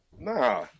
Nah